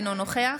אינו נוכח